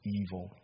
evil